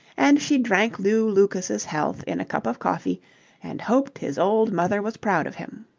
and she drank lew lucas's health in a cup of coffee and hoped his old mother was proud of him.